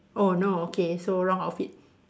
oh no okay so wrong outfit